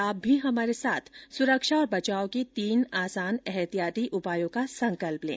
आप भी हमारे साथ सुरक्षा और बचाव के तीन आसान एहतियाती उपायों का संकल्प लें